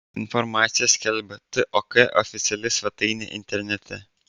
informaciją skelbia tok oficiali svetainė internete